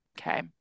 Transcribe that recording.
okay